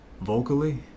vocally